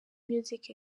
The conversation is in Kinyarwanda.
music